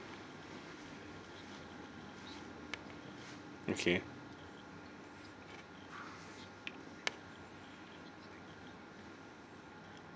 okay